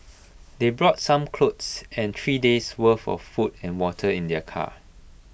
they brought some clothes and three days' worth of food and water in their car